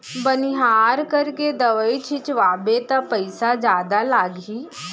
बनिहार करके दवई छिंचवाबे त पइसा जादा लागही